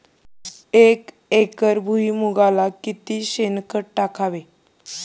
एक एकर भुईमुगाला किती शेणखत टाकावे?